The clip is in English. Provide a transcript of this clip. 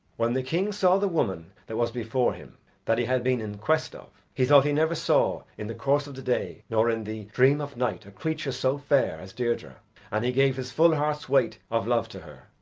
when the king saw the woman that was before him that he had been in quest of, he thought he never saw in the course of the day nor in the dream of night a creature so fair as deirdre and he gave his full heart's weight of love to her.